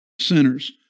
sinners